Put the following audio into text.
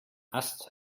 ast